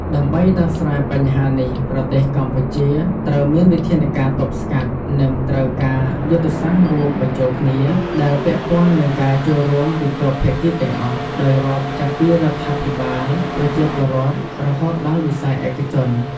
ដើម្បីដោះស្រាយបញ្ហានេះប្រទេសកម្ពុជាត្រូវមានវិធានការទប់ស្កាត់និងត្រូវការយុទ្ធសាស្ត្ររួមបញ្ចូលគ្នា ដែលពាក់ព័ន្ធនឹងការចូលរួមពីគ្រប់ភាគីទាំងអស់ ដោយរាប់ចាប់ពីរដ្ឋាភិបាល ប្រជាពលរដ្ឋ រហូតដល់វិស័យឯកជន។